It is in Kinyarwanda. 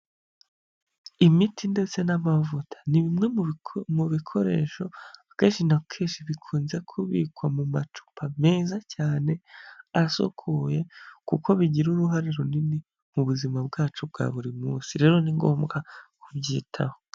Imiti ndetse n'amavuta ni bimwe mu bikoresho akenshi na kenshi bikunze kubikwa mu macupa meza cyane asukuye, kuko bigira uruhare runini mu buzima bwacu bwa buri munsi rero ni ngombwa kubyitaho.